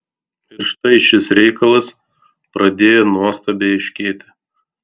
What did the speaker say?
ir štai šis reikalas pradėjo nuostabiai aiškėti